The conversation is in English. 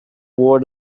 war